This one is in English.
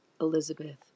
Elizabeth